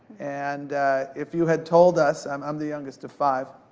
and if you had told us, i'm i'm the youngest of five,